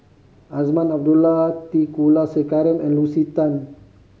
Azman Abdullah T Kulasekaram and Lucy Tan